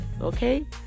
okay